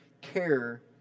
care